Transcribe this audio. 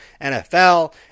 NFL